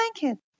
blanket